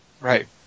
Right